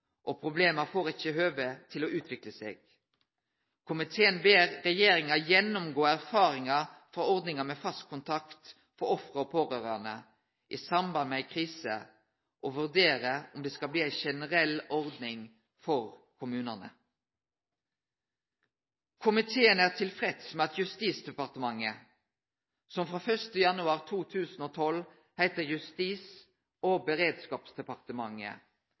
og problema får ikkje høve til å utvikle seg. Komiteen ber regjeringa gjennomgå erfaringane frå ordninga med fast kontakt for offer og pårørande i samband med ei krise og vurdere om ho skal bli ei generell ordning for kommunane. Komiteen er tilfreds med at Justisdepartementet, som frå 1. januar 2012 heiter Justis- og beredskapsdepartementet,